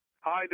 Hi